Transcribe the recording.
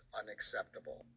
unacceptable